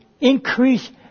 increase